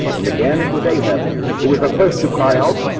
and again, it was a hem who was the first to cry out?